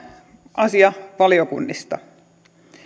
asia valiokunnista